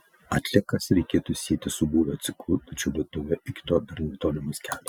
atliekas reikėtų sieti su būvio ciklu tačiau lietuvoje iki to dar tolimas kelias